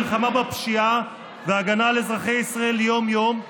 המלחמה בפשיעה והגנה על אזרחי ישראל יום-יום.